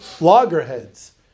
loggerheads